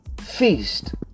feast